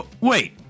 Wait